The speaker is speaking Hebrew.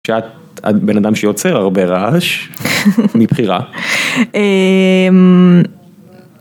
שאת בן אדם שיוצר הרבה רעש מבחירה.